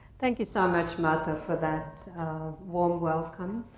thank you so much, martha, for that warm welcome.